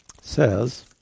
says